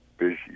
busy